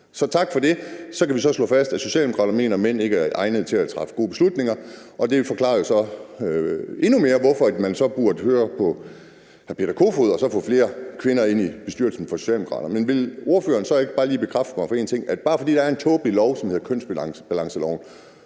Så tak for det. Så kan vi slå fast, at Socialdemokraterne mener, mænd ikke er egnede til at træffe gode beslutninger, og det forklarer jo så endnu mere, hvorfor man burde høre på hr. Peter Kofod og så få flere kvinder ind i bestyrelsen for Socialdemokraterne. Men vil ordføreren så ikke bare lige bekræfte mig i én ting, som er, at bare fordi der er en tåbelig lov, som hedder kønsbalanceloven,